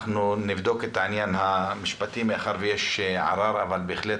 אנחנו נבדוק את העניין המשפטי מאחר ויש ערר אבל בהחלט,